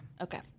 Okay